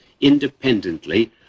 independently